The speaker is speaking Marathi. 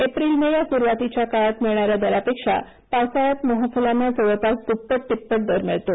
एप्रिल मे या सुरुवातीच्या काळात मिळणाऱ्या दरापेक्षा पावसाळ्यात मोहफुलांना जवळपास द्प्पट तिप्पट दर मिळतो